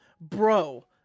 Bro